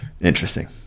interesting